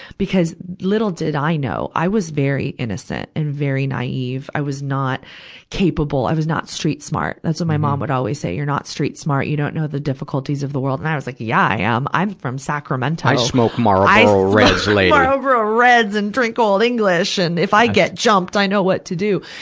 because, little did i know, i was very innocent and very naive. i was not capable i was not street smart. that's what my mom would always say you're not street smart. you don't know the difficulties of the world. and i was like, yeah, i i am! i'm from sacramento! i smoke marlboro reds, lady christina i smoke marlboro ah reds and drink olde english. and if i get jumped, i know what to do.